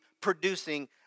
producing